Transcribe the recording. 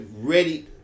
ready